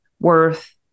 worth